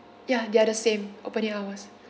ya they are the same opening hours